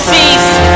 Cease